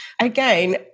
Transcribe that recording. Again